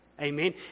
Amen